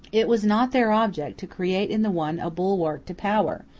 it was not their object to create in the one a bulwark to power,